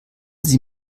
sie